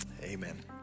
Amen